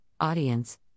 audience